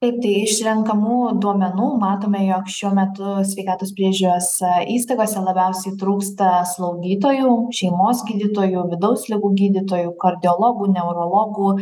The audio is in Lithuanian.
taip tai iš renkamų duomenų matome jog šiuo metu sveikatos priežiūros įstaigose labiausiai trūksta slaugytojų šeimos gydytojų vidaus ligų gydytojų kardiologų neurologų